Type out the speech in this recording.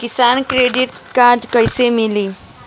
किसान credit card कइसे मिली?